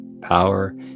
Power